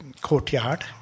courtyard